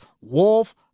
Wolf